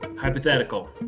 hypothetical